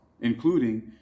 including